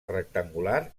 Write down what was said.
rectangular